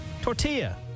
tortilla